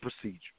procedure